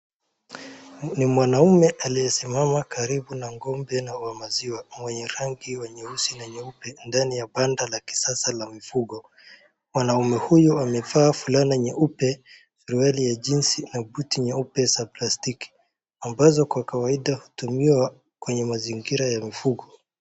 Ni mwanaume aliyesimama karibu na ng'ombe wa maziwa mwenye rangi wa nyeusi na nyeupe ndani ya banda la kisasa ya mifugo, mwanaume huyo amevaa fulana nyeupe, suruali ya jinsi na buti nyeupe za plastiki ambazo kwa kawaida hutumiwa kwenye mazingira ya mifugo.